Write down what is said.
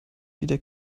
wieder